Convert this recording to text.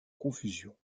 confusion